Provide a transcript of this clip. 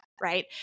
right